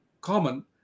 common